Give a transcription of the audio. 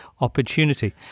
opportunity